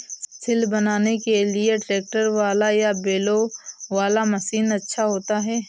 सिल बनाने के लिए ट्रैक्टर वाला या बैलों वाला मशीन अच्छा होता है?